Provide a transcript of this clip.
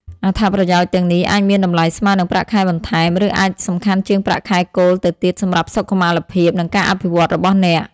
អត្ថប្រយោជន៍ទាំងនេះអាចមានតម្លៃស្មើនឹងប្រាក់ខែបន្ថែម ឬអាចសំខាន់ជាងប្រាក់ខែគោលទៅទៀតសម្រាប់សុខុមាលភាព និងការអភិវឌ្ឍរបស់អ្នក។